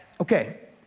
Okay